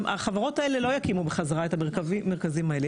החברות האלה לא יקימו בחזרה את המרכזים האלה,